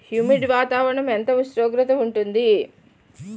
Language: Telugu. హ్యుమిడ్ వాతావరణం ఎంత ఉష్ణోగ్రత ఉంటుంది?